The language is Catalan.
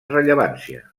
rellevància